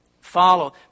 Follow